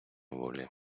волі